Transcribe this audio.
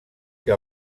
que